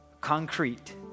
concrete